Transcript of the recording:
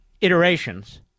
iterations